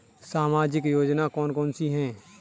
सामाजिक योजना कौन कौन सी हैं?